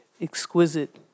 exquisite